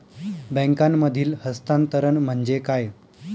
बँकांमधील हस्तांतरण म्हणजे काय?